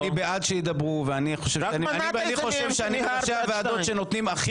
אני חברה בוועדה.